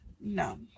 no